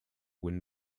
wynn